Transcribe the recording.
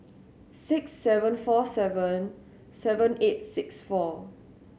six seven four seven seven eight six four